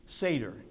Seder